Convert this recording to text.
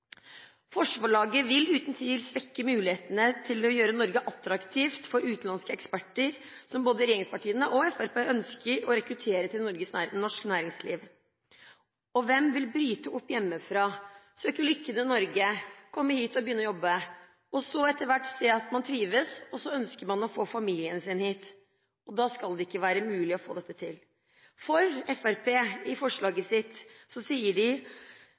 Forslaget vil uten tvil svekke mulighetene til å gjøre Norge attraktivt for utenlandske eksperter, som både regjeringspartiene og Fremskrittspartiet ønsker å rekruttere til norsk næringsliv. Hvem vil bryte opp hjemmefra, søke lykken i Norge, komme hit og begynne å jobbe, og så etter hvert se at man trives og ønsker å få familien sin hit, uten at det skal være mulig å få dette til? For Fremskrittspartiet sier i forslaget sitt at det er bare utlendinger med «permanent oppholdstillatelse» som kan få familiemedlemmer til Norge. Da vil de